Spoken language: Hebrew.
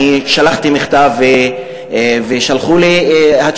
אני שלחתי מכתב ושלחו לי תשובה,